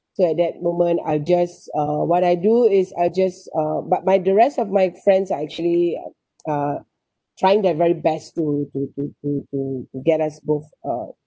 so at that moment I guess uh what I do is I just uh but my the rest of my friends are actually are trying their very best to to to to to to get us both uh